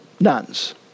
nuns